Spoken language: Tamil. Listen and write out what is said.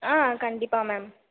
ஆ கண்டிப்பாக மேம்